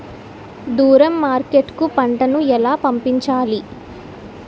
దూరం మార్కెట్ కు పంట ను ఎలా పంపించాలి?